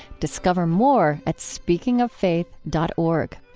discover more at speakingoffaith dot org.